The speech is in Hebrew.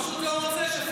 תחקירים מבצעיים.